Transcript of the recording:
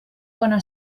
bona